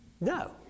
No